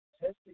testing